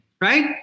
Right